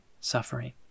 Suffering